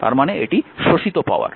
তার মানে এটা শোষিত পাওয়ার